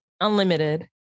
unlimited